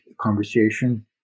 conversation